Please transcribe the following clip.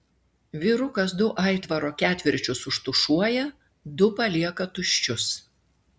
vyrukas du aitvaro ketvirčius užtušuoja du palieka tuščius